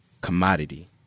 commodity